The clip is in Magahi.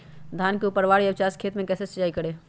धान के ऊपरवार या उचास खेत मे कैसे सिंचाई करें?